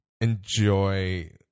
enjoy –